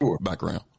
background